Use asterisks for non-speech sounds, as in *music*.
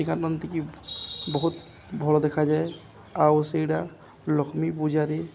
ସେ *unintelligible* ବହୁତ ଭଲ ଦେଖାଯାଏ ଆଉ ସେଇଟା ଲକ୍ଷ୍ମୀ ପୂଜାରେ